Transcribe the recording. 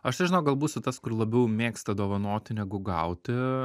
aš tai žinok gal būsiu tas kur labiau mėgsta dovanoti negu gauti